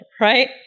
right